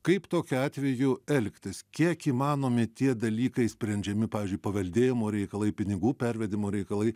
kaip tokiu atveju elgtis kiek įmanomi tie dalykai sprendžiami pavyzdžiui paveldėjimo reikalai pinigų pervedimo reikalai